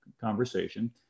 conversation